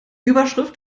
überschrift